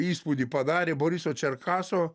įspūdį padarė boriso čerkaso